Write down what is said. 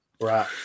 Right